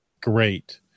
Great